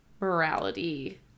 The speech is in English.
morality